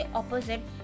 opposite